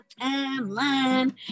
timeline